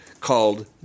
called